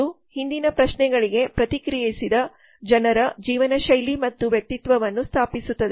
ಇದು ಹಿಂದಿನ ಪ್ರಶ್ನೆಗಳಿಗೆ ಪ್ರತಿಕ್ರಿಯಿಸಿದ ಜನರ ಜೀವನಶೈಲಿ ಮತ್ತು ವ್ಯಕ್ತಿತ್ವವನ್ನು ಸ್ಥಾಪಿಸುತ್ತದೆ